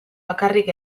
bakarrik